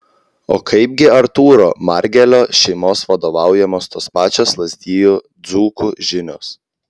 o kaip gi artūro margelio šeimos vadovaujamos tos pačios lazdijų dzūkų žinios